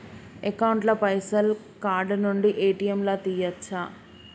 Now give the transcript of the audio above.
Account ల పైసల్ card నుండి ఏ.టి.ఎమ్ లా తియ్యచ్చా?